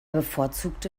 bevorzugte